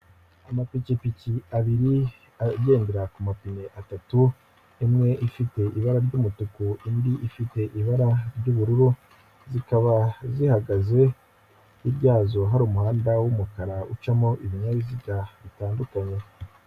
Amapikipiki abiri agendera ku mapine atatu, imwe ifite ibara ry'umutuku, indi ifite ibara ry'ubururu zikaba zihagaze, hirya yazo hari umuhanda w'umukara ucamo ibinyabiziga bitandukanye.